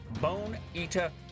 Bone-Eater